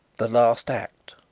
the last act,